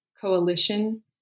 coalition